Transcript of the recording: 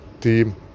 team